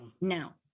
Now